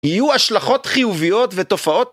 יהיו השלכות חיוביות ותופעות